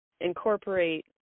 incorporate